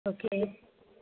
okay